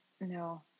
no